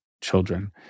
children